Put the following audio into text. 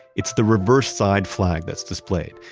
it's the reverse side flag that's displayed,